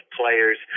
players